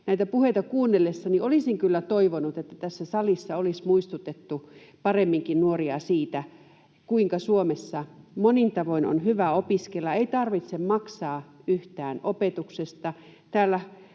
näitä puheita tuolla kuunnellessani olisin kyllä toivonut, että tässä salissa olisi muistutettu nuoria paremminkin siitä, kuinka Suomessa monin tavoin on hyvä opiskella: Ei tarvitse maksaa yhtään opetuksesta. Täällä